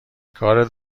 کارت